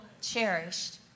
cherished